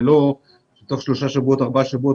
ולא תוך שלושה-ארבעה שבועות,